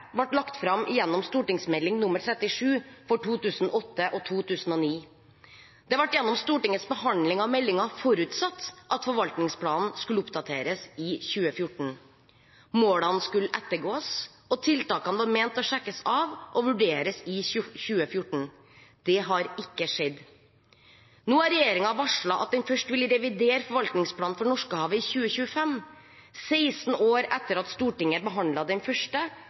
ble lagt fram gjennom St.meld. nr. 37 for 2008–2009. Det ble gjennom Stortingets behandling av meldingen forutsatt at forvaltningsplanen skulle oppdateres i 2014. Målene skulle ettergås, og tiltakene var ment å sjekkes av og vurderes i 2014. Det har ikke skjedd. Nå har regjeringen varslet at den først vil revidere forvaltningsplanen for Norskehavet i 2025 – 16 år etter at Stortinget behandlet den første